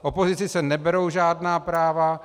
Opozici se neberou žádná práva.